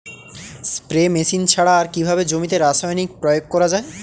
Spray machine ছাড়া আর কিভাবে জমিতে রাসায়নিক প্রয়োগ করা যায়?